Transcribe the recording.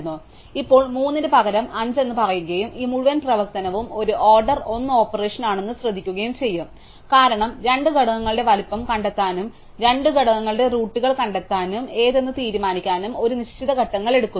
അതിനാൽ ഇപ്പോൾ 3 ന് പകരം 5 എന്ന് പറയുകയും ഈ മുഴുവൻ പ്രവർത്തനവും ഒരു ഓർഡർ 1 ഓപ്പറേഷൻ ആണെന്ന് ശ്രദ്ധിക്കുകയും ചെയ്യും കാരണം രണ്ട് ഘടകങ്ങളുടെ വലുപ്പം കണ്ടെത്താനും രണ്ട് ഘടകങ്ങളുടെ റൂട്ടുകൾ കണ്ടെത്താനും ഏതെന്ന് തീരുമാനിക്കാനും ഞങ്ങൾ ഒരു നിശ്ചിത ഘട്ടങ്ങൾ എടുക്കുന്നു